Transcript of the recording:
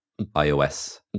iOS